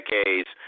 decades